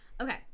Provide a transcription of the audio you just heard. okay